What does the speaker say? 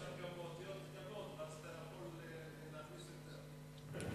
אפשר גם באותיות קטנות ואז אפשר להכניס יותר.